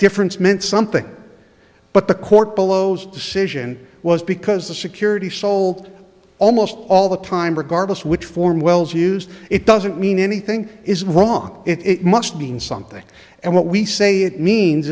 difference meant something but the court billows decision was because the security sold almost all the time regardless which form wells used it doesn't mean anything is wrong it must mean something and what we say it means